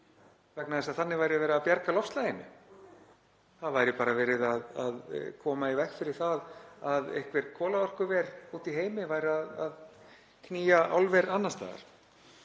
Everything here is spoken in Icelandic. vegna þess að þannig væri verið að bjarga loftslaginu. Það væri bara verið að koma í veg fyrir það að einhver kolaorkuver úti í heimi væru að knýja álver annars staðar.